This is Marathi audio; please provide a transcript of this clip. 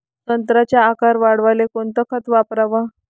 संत्र्याचा आकार वाढवाले कोणतं खत वापराव?